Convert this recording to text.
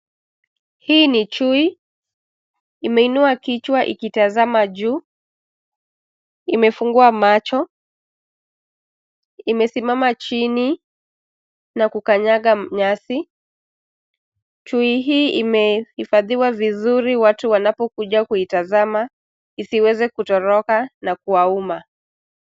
Hii ni chui, imeinua kichwa ikitazama juu. Imefungua macho. Imesimama chini na kukanyaga nyasi. Chui hii imehifadhiwa vizuri watu wanapokuja kuitazama isiweze kutoroka na kuwauma.